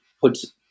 puts